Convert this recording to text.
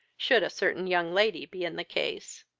should a certain young lady be in the case.